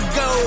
go